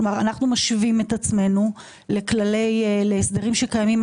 אנחנו משווים את עצמנו להסדרים שקיימים,